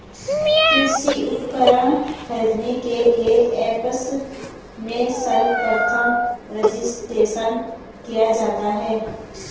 कृषि उपकरण खरीदने के लिए ऐप्स में सर्वप्रथम रजिस्ट्रेशन किया जाता है